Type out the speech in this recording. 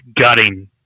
gutting